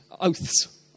Oaths